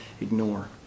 ignore